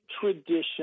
tradition